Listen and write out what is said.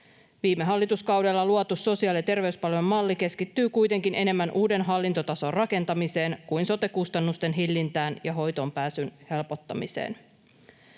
Viime hallituskaudella luotu sosiaali- ja terveyspalvelujen malli keskittyy kuitenkin enemmän uuden hallintotason rakentamiseen kuin sote-kustannusten hillintään ja hoitoonpääsyn helpottamiseen.